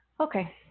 okay